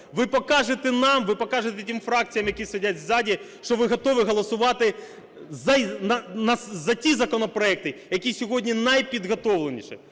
ви покажете нам, ви покажете тим фракціям, які сидять ззаду, що ви готові голосувати за ті законопроекти, які сьогодні найпідготовленіші,